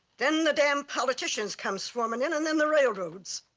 then the damn politicians come swarming in and then the railroads.